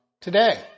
today